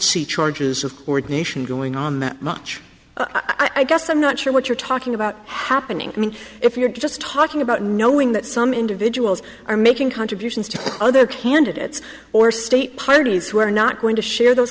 see charges of ordination going on that much i guess i'm not sure what you're talking about happening i mean if you're just talking about knowing that some individuals are making contributions to other candidates or state parties who are not going to share those